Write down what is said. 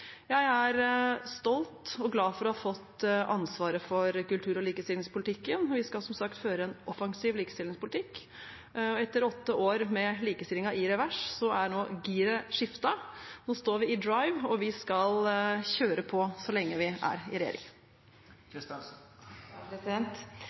Jeg er stolt og glad for å ha fått ansvaret for kultur- og likestillingspolitikken, og vi skal som sagt føre en offensiv likestillingspolitikk. Etter åtte år med likestillingen i revers er nå giret skiftet. Nå står vi i «drive», og vi skal kjøre på så lenge vi er i